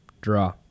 draw